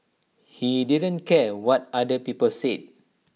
he didn't care what other people said